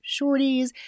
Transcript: shorties